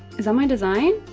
is that my design?